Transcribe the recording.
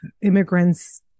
immigrants